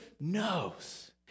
knows